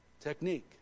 technique